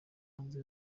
hanze